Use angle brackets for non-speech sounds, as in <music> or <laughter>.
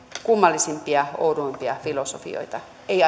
kummallisimpia oudoimpia filosofioita ei <unintelligible>